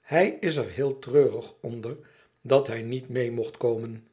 hij is er heel treurig onder dat hij niet meê mocht komen